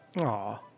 Aw